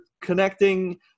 connecting